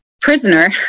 prisoner